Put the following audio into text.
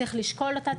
צריך לשקול אותה,